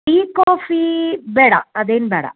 tea coffee ಬೇಡ ಅದೇನು ಬೇಡ